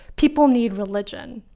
people need religion.